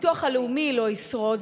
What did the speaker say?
הביטוח הלאומי לא ישרוד,